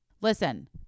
Listen